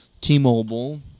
T-Mobile